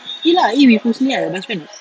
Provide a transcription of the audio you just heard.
eat lah eat with husni lah your best friend [what]